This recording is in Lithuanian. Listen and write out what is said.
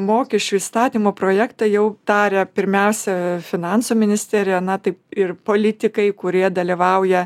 mokesčių įstatymo projektą jau tą pirmiausia finansų ministerija na taip ir politikai kurie dalyvauja